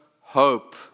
hope